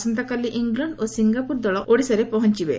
ଆସନ୍ତାକାଲି ଇଂଲଣ୍ ଓ ସିଙ୍ଙାପୁର ଦଳ ଓଡ଼ିଶାରେ ପହଞ୍ ବେ